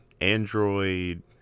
Android